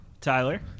Tyler